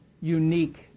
unique